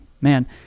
Man